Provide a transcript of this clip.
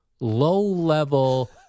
low-level